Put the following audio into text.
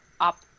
up